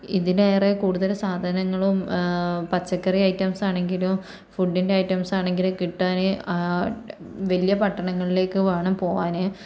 ഇതിലേറെ കൂടുതൽ സാധനങ്ങളും പച്ചക്കറി ഐറ്റംസാണെങ്കിലും ഫുഡിൻ്റെ ഐറ്റംസാണെങ്കിലും കിട്ടാനേ വലിയ പട്ടണങ്ങളിലേക്ക് വേണം പോകാന്